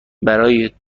برای